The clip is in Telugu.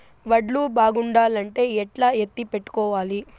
వడ్లు బాగుండాలంటే ఎట్లా ఎత్తిపెట్టుకోవాలి?